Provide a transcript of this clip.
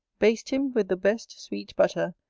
baste him with the best sweet butter,